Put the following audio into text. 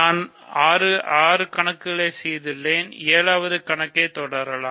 நாம் 6 கணக்கை செய்துள்ளோம் 7 வது கணக்கைத் தொடரலாம்